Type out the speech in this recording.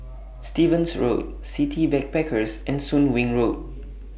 Stevens Road City Backpackers and Soon Wing Road